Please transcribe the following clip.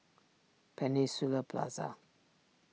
Peninsula Plaza